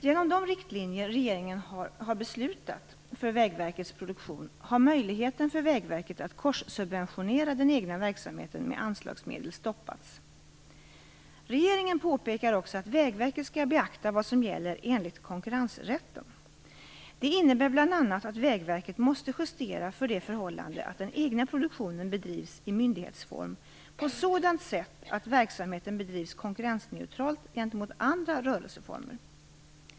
Genom de riktlinjer regeringen har beslutat för Vägverkets produktion har möjligheten för Vägverket att korssubventionera den egna verksamheten med anslagsmedel stoppats. Regeringen påpekar också att Vägverket skall beakta vad som gäller enligt konkurrensrätten. Det innebär bl.a. att Vägverket måste justera för det förhållandet att den egna produktionen bedrivs i myndighetsform på sådant sätt att verksamheten bedrivs konkurrensneutralt gentemot andra rörelseformer.